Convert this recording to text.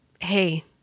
hey